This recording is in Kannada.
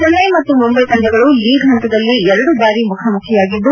ಚೆನ್ಟೈ ಮತ್ತು ಮುಂಬೈ ತಂಡಗಳು ಲೀಗ್ ಹಂತದಲ್ಲಿ ಎರಡು ಬಾರಿ ಮುಖಾಮುಖಿಯಾಗಿದ್ದು